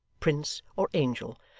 prince, or angel,